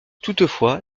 toutefois